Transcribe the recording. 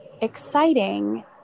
exciting